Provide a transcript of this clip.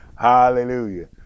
hallelujah